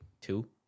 two